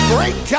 Break